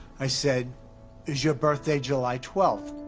i said is your birthday july twelfth.